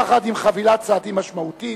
יחד עם חבילת צעדים משמעותית,